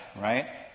right